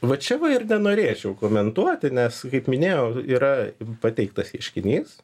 va čia ir nenorėčiau komentuoti nes kaip minėjau yra pateiktas ieškinys